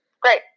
Great